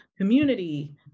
community